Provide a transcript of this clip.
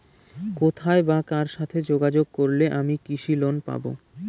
কোথায় বা কার সাথে যোগাযোগ করলে আমি কৃষি লোন পাব?